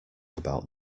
about